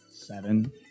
Seven